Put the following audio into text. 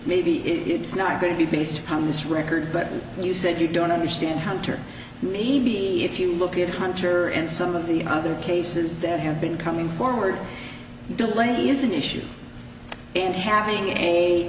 maybe it's not going to be based on this record but you said you don't understand hunter if you look at hunter and some of the other cases that have been coming forward delayed is an issue in having a